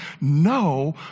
No